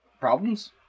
Problems